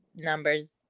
numbers